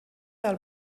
del